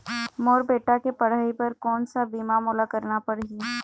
मोर बेटा के पढ़ई बर कोन सा बीमा मोला करना पढ़ही?